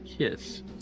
Yes